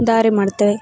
ದಾರಿಮಾಡುತ್ತವೆ